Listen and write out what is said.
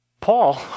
Paul